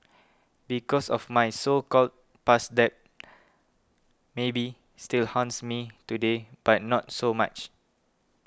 because of my so called past debt maybe still haunts me today but not so much